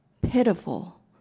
pitiful